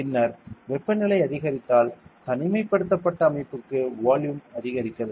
பின்னர் வெப்பநிலை அதிகரித்தால் தனிமைப்படுத்தப்பட்ட அமைப்புக்கு வால்யூம் அதிகரிக்கிறது